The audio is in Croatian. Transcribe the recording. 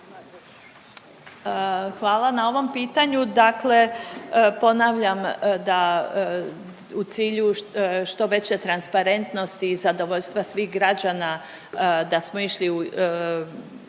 Hvala na ovom pitanju. Dakle, ponavljam da u cilju što veće transparentnosti i zadovoljstva svih građana da smo išli u